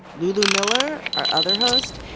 lulu miller, our other host,